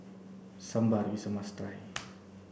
sambar is a must try